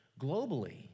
globally